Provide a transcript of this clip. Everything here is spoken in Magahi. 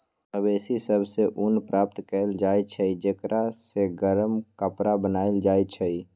मवेशि सभ से ऊन प्राप्त कएल जाइ छइ जेकरा से गरम कपरा बनाएल जाइ छइ